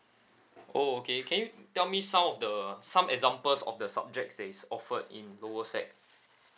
oh okay can you tell me some of the some examples of the subjects that is offered in lower sec